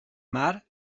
mar